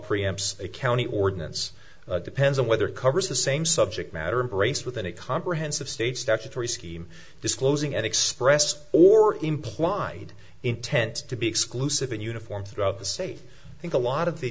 amps a county ordinance depends on whether it covers the same subject matter embrace within a comprehensive state statutory scheme disclosing and expressed or implied intent to be exclusive in uniform throughout the state think a lot of the